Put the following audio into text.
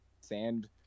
sand